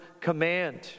command